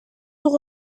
sont